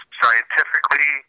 scientifically